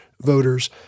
voters